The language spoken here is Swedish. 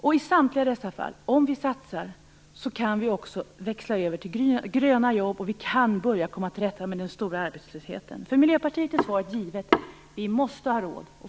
Om vi i samtliga dessa fall gör satsningar, kan vi växla över till gröna jobb och komma till rätta med den stora arbetslösheten. För Miljöpartiet är svaret givet: Vi måste ha råd.